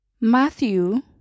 Matthew